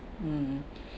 mm